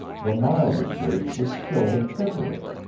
the milder traits would still have tempered it.